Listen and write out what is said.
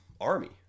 army